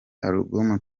album